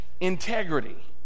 Integrity